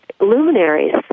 luminaries